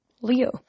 Leo